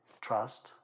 Trust